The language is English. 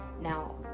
now